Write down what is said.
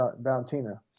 Valentina